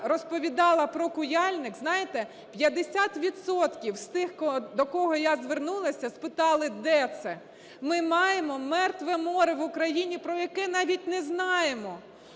розповідала про "Куяльник", знаєте, 50 відсотків з тих, до кого я звернулася, спитали, де це. Ми маємо "мертве море" в Україні, про яке навіть не знаємо.